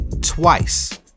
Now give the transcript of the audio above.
twice